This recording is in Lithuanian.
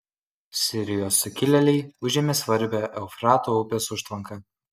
sirijos sukilėliai užėmė svarbią eufrato upės užtvanką